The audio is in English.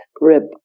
rib